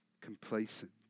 complacent